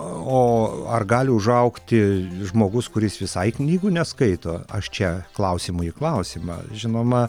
o ar gali užaugti žmogus kuris visai knygų neskaito aš čia klausimu į klausimą žinoma